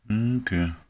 Okay